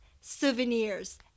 souvenirs